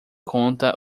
conta